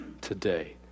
today